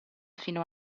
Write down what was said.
fino